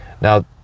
Now